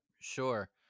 Sure